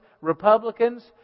Republicans